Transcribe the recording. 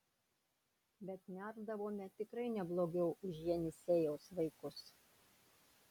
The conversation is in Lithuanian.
bet nerdavome tikrai neblogiau už jenisejaus vaikus